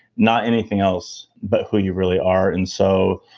not anything else, but who you really are. and so,